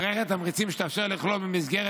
מערכת תמריצים שתאפשר לכלול במסגרת